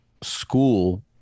school